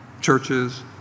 churches